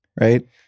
right